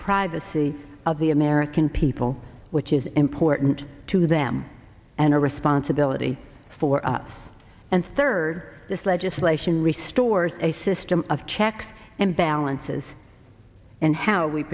privacy of the american people which is important to them and a responsibility for us and third this legislation re stores a system of checks and balances and how we